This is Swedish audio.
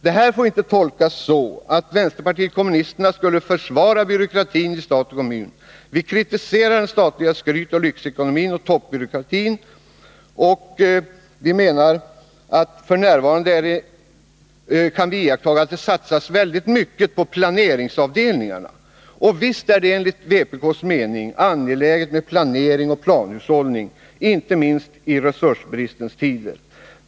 Det här får inte tolkas så att vänsterpartiet kommunisterna skulle försvara byråkratin i stat och kommun. Vi kritiserar den statliga skrytoch lyxekonomin samt toppbyråkratin. F. n. kan vi iaktta att det satsas mycket kraftigt på planeringsavdelningarna. Visst är det enligt vpk:s mening angeläget med planering och planhushållning, inte minst i resursbristens tider.